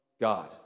God